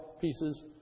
pieces